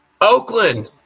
Oakland